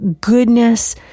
goodness